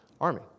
army